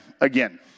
again